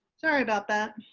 sorry about that.